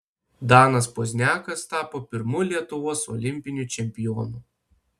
danas pozniakas tapo pirmu lietuvos olimpiniu čempionu